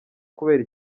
kubera